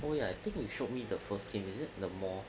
oh ya I think you showed me the first game is it the mall